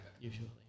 usually